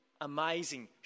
amazing